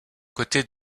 côtés